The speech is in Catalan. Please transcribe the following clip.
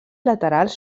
laterals